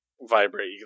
vibrate